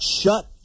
shut